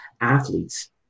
athletes